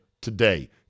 today